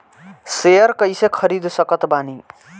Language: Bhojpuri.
शेयर कइसे खरीद सकत बानी?